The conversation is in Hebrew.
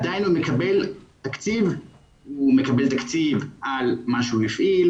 עדיין הוא מקבל תקציב על מה שהוא הפעיל,